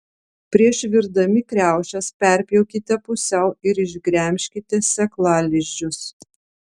prieš virdami kriaušes perpjaukite pusiau ir išgremžkite sėklalizdžius